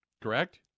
correct